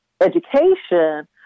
education